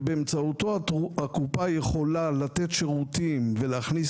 ובאמצעותו הקופה יכולה לתת שירותים ולהכניס